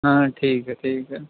ہاں ٹھیک ہے ٹھیک ہے